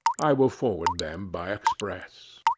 i will forward them by express